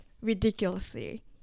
ridiculously